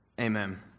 Amen